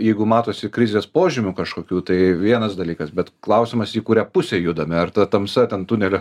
jeigu matosi krizės požymių kažkokių tai vienas dalykas bet klausimas į kurią pusę judame ar ta tamsa ten tunelio